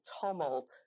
tumult